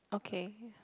okay